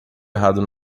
errado